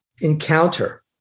encounter